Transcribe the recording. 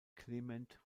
clement